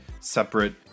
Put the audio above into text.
separate